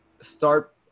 start